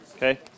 Okay